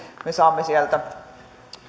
me saamme sieltä